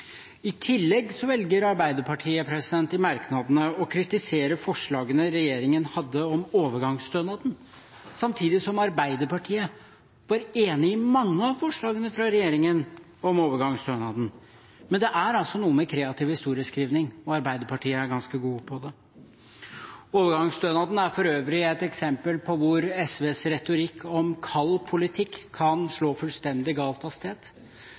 I tillegg velger Arbeiderpartiet i merknadene å kritisere forslagene regjeringen hadde om overgangsstønaden, samtidig som Arbeiderpartiet var enig i mange av forslagene fra regjeringen om overgangsstønaden. Det er noe med kreativ historieskrivning – og Arbeiderpartiet er ganske gode på det. Overgangsstønaden er for øvrig et eksempel på hvordan SVs retorikk om kald politikk kan slå fullstendig galt